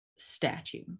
statue